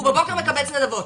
הוא בבוקר מקבץ נדבות.